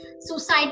suicide